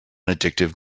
addictive